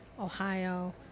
Ohio